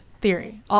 theory